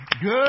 Good